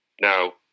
Now